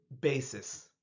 basis